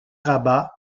rabat